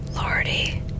lordy